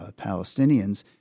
Palestinians